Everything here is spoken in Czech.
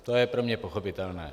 To je pro mě pochopitelné.